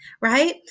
right